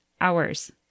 hours